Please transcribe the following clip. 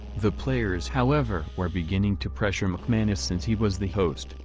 the players however were beginning to pressure mcmanus since he was the host,